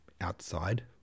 outside